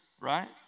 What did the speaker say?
right